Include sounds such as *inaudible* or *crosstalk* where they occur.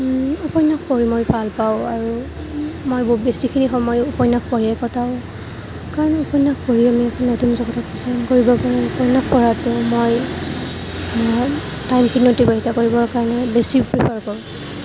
উপন্য়াস পঢ়ি মই ভালপাওঁ আৰু মই বেছিখিনি সময়ে উপন্য়াস পঢ়িয়েই কটাওঁ কাৰণ উপন্য়াস পঢ়ি আমি নতুন জগতত বিচৰণ কৰিব পাৰোঁ উপন্য়াস পঢ়াতো মই টাইমখিনি অতিবাহিত কৰিবৰ কাৰণে বেছি *unintelligible*